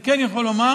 אני כן יכול לומר